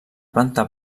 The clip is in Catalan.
planta